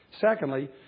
Secondly